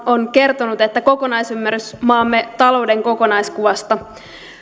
on kertonut että kokonaisymmärrys maamme talouden kokonaiskuvasta